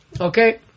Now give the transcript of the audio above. Okay